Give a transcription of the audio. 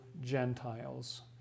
Gentiles